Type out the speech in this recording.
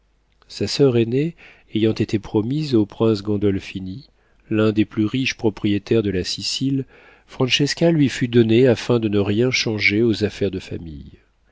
sa soeur aînée ayant été promise au prince gandolphini l'un des plus riches propriétaires de la sicile francesca lui fut donnée afin de ne rien changer aux affaires de famille